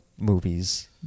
movies